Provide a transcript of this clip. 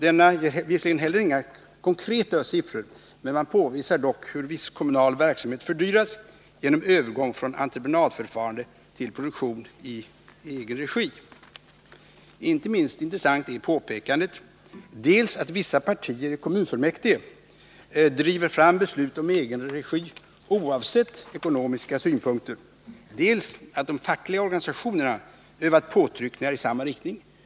Denna ger visserligen inga konkreta siffror men påvisar dock hur viss kommunal verksamhet Inte minst intressant är påpekandena dels att vissa partier i kommunfullmäktige driver fram beslut om egenregi oavsett ekonomiska synpunkter, dels att de fackliga organisationerna övat påtryckningar i samma riktning.